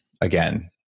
again